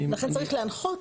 לכן צריך להנחות,